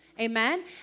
Amen